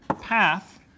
path